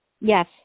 yes